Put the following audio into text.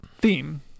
theme